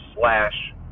slash